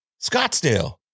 Scottsdale